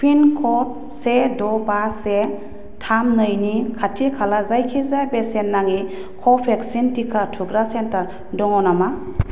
पिनक'ड से द' बा से थाम नैनि खाथि खाला जायखिजाया बेसेन नाङि कभेक्सिन टिका थुग्रा सेन्टार दङ नामा